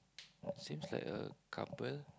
seems like a couple